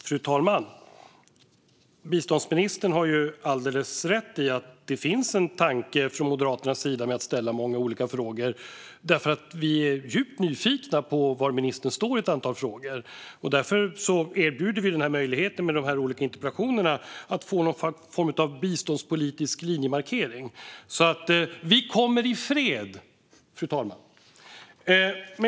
Fru talman! Biståndsministern har alldeles rätt i att det finns en tanke från Moderaternas sida med att ställa många olika frågor. Vi är djupt nyfikna på var ministern står i ett antal frågor. Därför erbjuder vi den här möjligheten med de olika interpellationerna att få någon form av biståndspolitisk linjemarkering. Vi kommer i fred, fru talman.